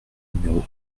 numéro